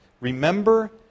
Remember